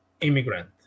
immigrant